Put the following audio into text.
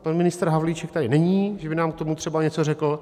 Pan ministr Havlíček tady není, že by nám k tomu třeba něco řekl.